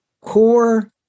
core